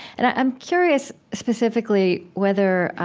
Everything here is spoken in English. and i'm curious, specifically, whether